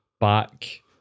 back